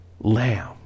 lamb